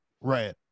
Right